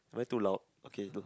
am I too loud okay